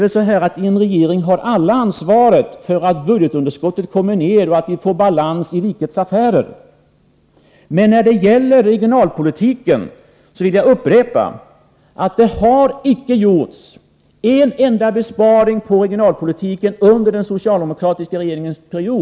I en regering har alla ansvaret för att budgetunderskottet kommer ned och för att vi får balans i rikets affärer. Men jag vill upprepa att det under den socialdemokratiska regeringsperioden icke har gjorts en enda besparing på regionalpolitikens område.